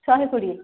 ଶହେ କୋଡ଼ିଏ